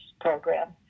program